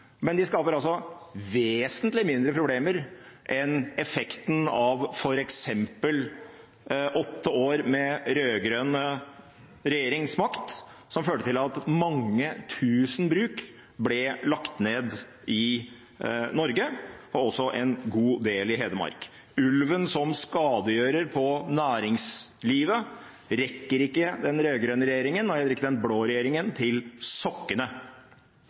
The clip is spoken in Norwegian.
men de skaper vesentlig færre problemer enn effekten av f.eks. åtte år med rød-grønn regjeringsmakt, som førte til at mange tusen bruk i Norge ble lagt ned, en god del også i Hedmark. Ulven som skadegjører på næringslivet rekker ikke den rød-grønne regjeringen, og heller ikke den blå regjeringen, til sokkene.